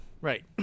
Right